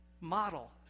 model